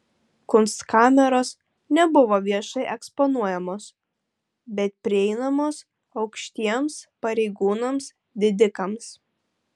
kunstkameros nebuvo viešai eksponuojamos bet prieinamos aukštiems pareigūnams didikams